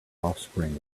offspring